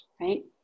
Right